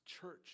church